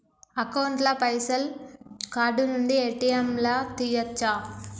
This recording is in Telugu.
అకౌంట్ ల పైసల్ కార్డ్ నుండి ఏ.టి.ఎమ్ లా తియ్యచ్చా?